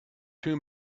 two